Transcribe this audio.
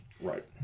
Right